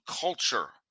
culture